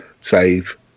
save